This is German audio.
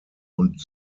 und